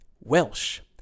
Welsh